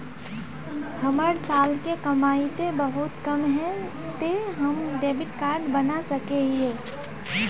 हमर साल के कमाई ते बहुत कम है ते हम डेबिट कार्ड बना सके हिये?